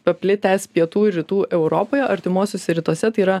paplitęs pietų ir rytų europoje artimuosiuose rytuose tai yra